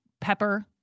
Pepper